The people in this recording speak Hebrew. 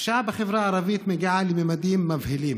הפשיעה בחברה הערבית מגיעה לממדים מבהילים,